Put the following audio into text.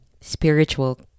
spiritual